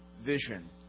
vision